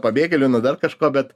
pabėgėlių nuo dar kažko bet